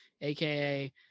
AKA